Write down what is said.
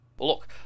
look